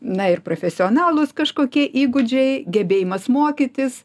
na ir profesionalūs kažkokie įgūdžiai gebėjimas mokytis